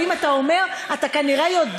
אבל אם אתה אומר אתה כנראה יודע,